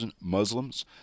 Muslims